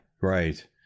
Right